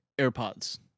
AirPods